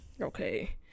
okay